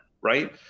Right